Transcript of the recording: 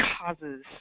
causes